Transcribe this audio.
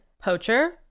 Poacher